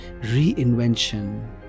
reinvention